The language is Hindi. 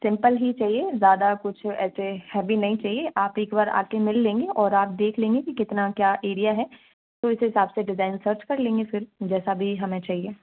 सिंपल ही चाहिए ज़्यादा कुछ ऐसे हैवी नई चाहिए आप एक बार आके मिल लेंगी और आप देख लेंगी कि कितना क्या एरिया है तो उस हिसाब से डिज़ाइन सर्च कर लेंगे फिर जैसा भी हमें चाहिए